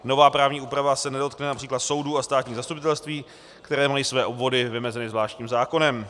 Nová právní úprava se nedotkne například soudů a státních zastupitelství, které mají své obvody vymezeny zvláštním zákonem.